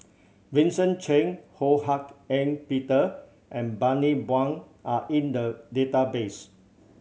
Vincent Cheng Ho Hak Ean Peter and Bani Buang are in the database